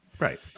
Right